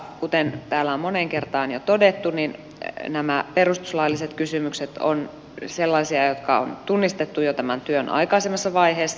kuten täällä on monen kertaan jo todettu nämä perustuslailliset kysymykset ovat sellaisia jotka on tunnistettu jo tämän työn aikaisemmassa vaiheessa